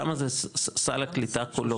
כמה זה סל הקליטה כולו?